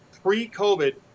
Pre-COVID